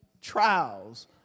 trials